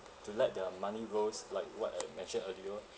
to let their money grows like what I mentioned earlier